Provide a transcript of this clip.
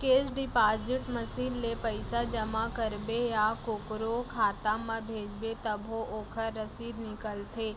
cash deposit machine ले पइसा जमा करबे या कोकरो खाता म भेजबे तभो ओकर रसीद निकलथे